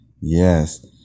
yes